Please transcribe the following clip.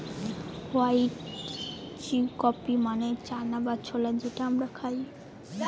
white chickpea মানে চানা বা ছোলা যেটা আমরা খায়